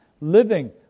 living